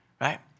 right